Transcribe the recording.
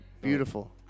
Beautiful